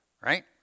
right